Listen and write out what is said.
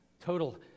total